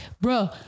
bro